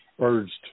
urged